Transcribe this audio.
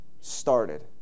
started